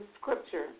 scripture